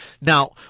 Now